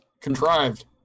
contrived